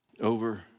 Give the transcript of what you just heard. over